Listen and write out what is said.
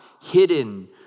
hidden